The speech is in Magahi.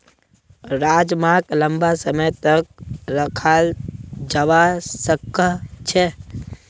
राजमाक लंबा समय तक रखाल जवा सकअ छे